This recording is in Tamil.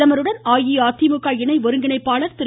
பிரதமருடன் அஇஅதிமுக இணை ஒருங்கிணைப்பாளர் திரு